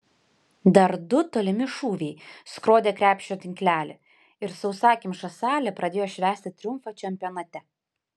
dar du tolimi šūviai skrodė krepšio tinklelį ir sausakimša salė pradėjo švęsti triumfą čempionate